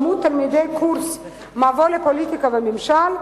שמעו תלמידי הקורס "מבוא לפוליטיקה וממשל",